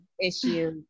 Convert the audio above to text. issue